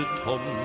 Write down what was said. tom